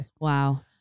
Wow